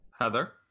Heather